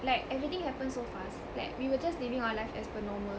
like everything happened so fast like we were just living our life as per normal